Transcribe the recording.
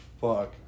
fuck